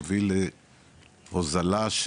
יביא להוזלה,